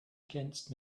against